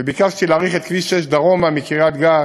וביקשתי להאריך את כביש 6 דרומה מקריית-גת